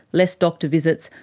less doctor visits,